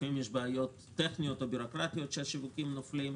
לפעמים יש בעיות טכניות או בירוקרטיות ואז השיווקים נופלים.